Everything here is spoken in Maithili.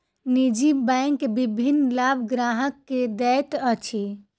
निजी बैंक विभिन्न लाभ ग्राहक के दैत अछि